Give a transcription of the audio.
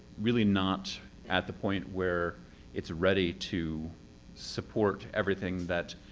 really not at the point where it's ready to support everything that